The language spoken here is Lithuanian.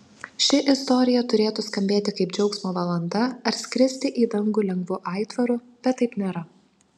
ši istorija turėtų skambėti kaip džiaugsmo valanda ar skristi į dangų lengvu aitvaru bet taip nėra